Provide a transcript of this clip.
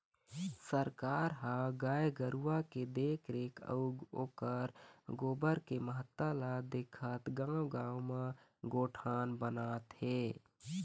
सरकार ह गाय गरुवा के देखरेख अउ ओखर गोबर के महत्ता ल देखत गाँव गाँव म गोठान बनात हे